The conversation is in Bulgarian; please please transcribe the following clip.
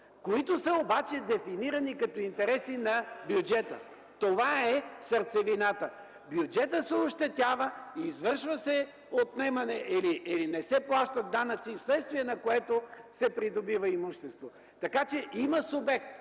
които са обаче дефинирани като интереси на бюджета. Това е сърцевината. Бюджетът се ощетява, извършва се отнемане и не се плащат данъци, вследствие на което се придобива имущество. Така че има субект